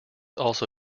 also